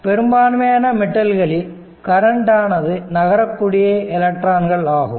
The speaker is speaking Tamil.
பெரும்பான்மையான மெட்டல் களில் கரண்ட் ஆனது நகரக்கூடிய எலக்ட்ரான்கள் ஆகும்